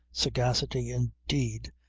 sagacity indeed!